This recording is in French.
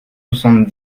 soixante